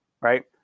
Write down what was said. Right